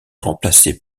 remplacés